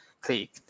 click